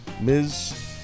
Ms